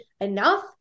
enough